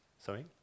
sorry